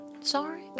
sorry